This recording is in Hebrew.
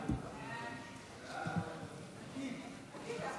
ההצעה להעביר את הצעת